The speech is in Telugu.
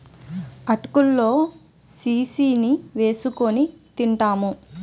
అటుకులు లో సీని ఏసుకొని తింటూంటాము